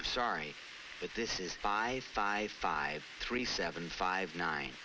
i'm sorry but this is five five five three seven five nine